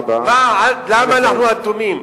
מה, למה אנחנו אטומים?